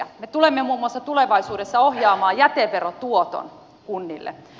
me tulemme muun muassa tulevaisuudessa ohjaamaan jäteverotuoton kunnille